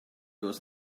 was